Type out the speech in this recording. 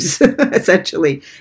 essentially